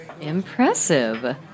Impressive